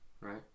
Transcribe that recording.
right